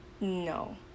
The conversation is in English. No